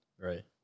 Right